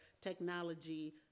technology